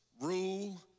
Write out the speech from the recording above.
rule